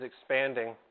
expanding